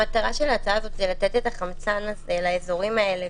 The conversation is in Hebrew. המטרה של ההחלטה הזו לתת חמצן לאזורים האלה.